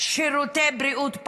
פחות שירותי בריאות.